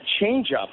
changeup